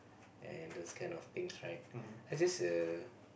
and those kind of things right I just err